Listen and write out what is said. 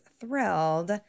thrilled